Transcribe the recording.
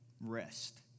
Rest